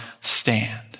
stand